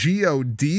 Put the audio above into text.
God